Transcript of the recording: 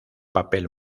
papel